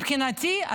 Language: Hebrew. מבחינתי,